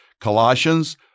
Colossians